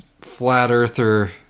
flat-earther